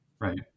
right